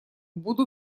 буду